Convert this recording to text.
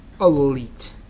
elite